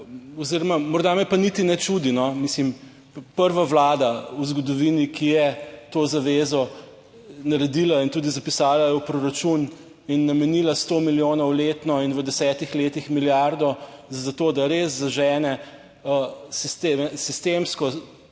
oziroma morda me pa niti ne čudi no, mislim prva Vlada v zgodovini, ki je to zavezo naredila in tudi zapisala v proračun in namenila sto milijonov letno in v desetih letih milijardo za to, da res zaženete sistemsko